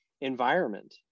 environment